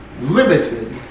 limited